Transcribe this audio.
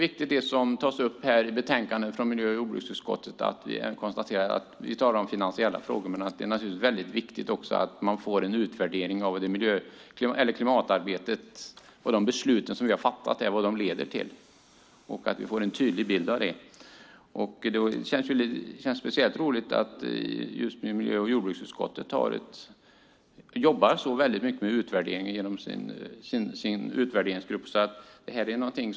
Viktigt i detta betänkande från miljö och jordbruksutskottet är att vi berör finansiella frågor och naturligtvis också att vi får en utvärdering av klimatarbetet och av vad här fattade beslut leder till samt att vi får en tydlig bild av det. Speciellt roligt just nu är det att miljö och jordbruksutskottet genom sin utvärderingsgrupp jobbar så mycket med utvärderingen.